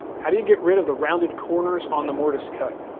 how do you get rid of the rounded corners on the mortise cut?